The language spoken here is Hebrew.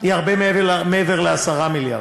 היא הרבה מעבר ל-10 מיליארד.